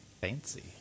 Fancy